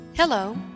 Hello